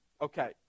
okay